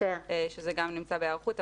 שזה גם נמצא בהיערכות,